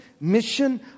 mission